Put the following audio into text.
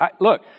Look